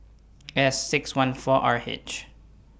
S six one four R H